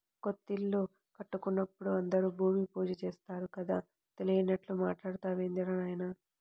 కొత్తిల్లు కట్టుకుంటున్నప్పుడు అందరూ భూమి పూజ చేత్తారు కదా, తెలియనట్లు మాట్టాడతావేందిరా నాయనా